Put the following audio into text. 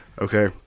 okay